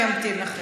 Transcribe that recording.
אני אמתין לכם.